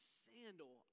sandal